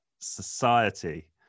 society